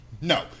no